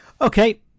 Okay